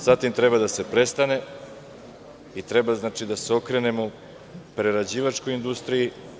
Sa tim treba da se prestane i treba da se okrenemo prerađivačkoj industriji.